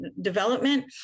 development